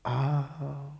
ah